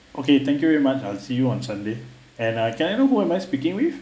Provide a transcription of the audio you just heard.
okay thank you very much I'll see you on sunday and uh can I know who am I speaking with